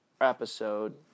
episode